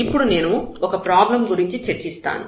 ఇప్పుడు నేను ఒక ప్రాబ్లం గురించి చర్చిస్తాను